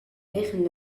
eigen